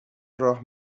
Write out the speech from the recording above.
راه